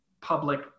Public